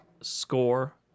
score